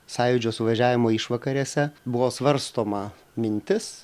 sąjūdžio suvažiavimo išvakarėse buvo svarstoma mintis